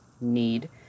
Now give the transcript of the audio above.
need